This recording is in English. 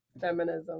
Feminism